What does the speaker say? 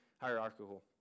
hierarchical